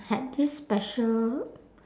had this special